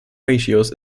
ratios